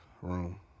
room